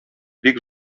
бик